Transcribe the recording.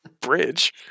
bridge